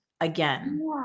again